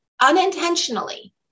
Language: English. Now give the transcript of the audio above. unintentionally